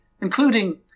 including